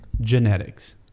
genetics